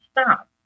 stop